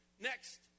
Next